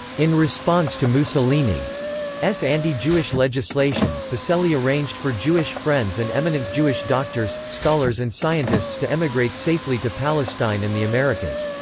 in response to mussolini's anti-jewish legislation, pacelli arranged for jewish friends and eminent jewish doctors, scholars and scientists to emigrate safely to palestine and the americas.